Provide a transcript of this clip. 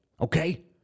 Okay